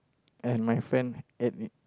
and my friend ate it